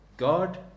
God